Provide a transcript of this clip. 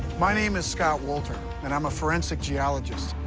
my name is scott wolter, and i'm a forensic geologist.